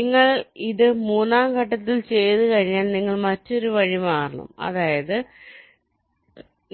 നിങ്ങൾ ഇത് മൂന്നാം ഘട്ടം ചെയ്തുകഴിഞ്ഞാൽ നിങ്ങൾ മറ്റൊരു വഴിമാറണം അതായത്